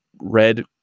red